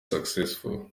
successful